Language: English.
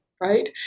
right